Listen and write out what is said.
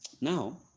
Now